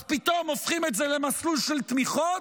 אז פתאום הופכים את זה למסלול של תמיכות,